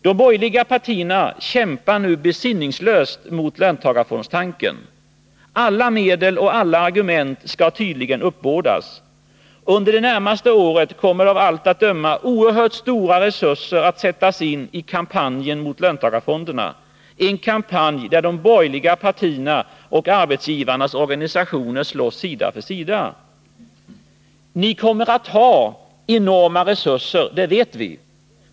De borgerliga partierna kämpar nu besinningslöst mot löntagarfondstanken. Alla medel och alla argument skall tydligen uppbådas. Under det närmaste året kommer av allt att döma oerhört stora resurser att sättas in i kampanjen mot löntagarfonderna — en kampanj där de borgerliga partierna och arbetsgivarnas organisationer slåss sida vid sida. Ni kommer att ha enorma resurser — det vet vi.